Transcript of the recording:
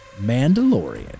Mandalorian